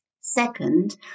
Second